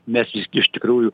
nes iš tikrųjų